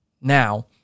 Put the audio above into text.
Now